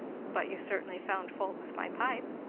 but you certainly found fault with my pipe.